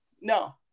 no